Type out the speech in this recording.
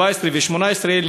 2017 ו-2018,